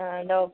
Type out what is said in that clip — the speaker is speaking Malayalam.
ഡോ